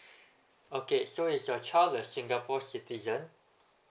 okay so is your child a singapore citizen